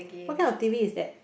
what kind of T_V is that